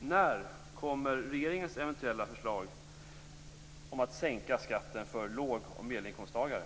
När kommer regeringens eventuella förslag om att sänka skatten för låg och medelinkomsttagare?